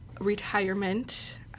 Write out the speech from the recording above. retirement